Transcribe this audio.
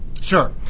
Sure